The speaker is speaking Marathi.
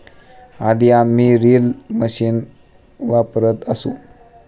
आधी आम्ही रील मशीन वापरत असू